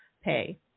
pay